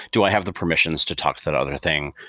do i have the permissions to talk that other thing?